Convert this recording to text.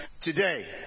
today